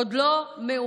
עוד לא מאוחר.